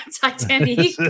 Titanic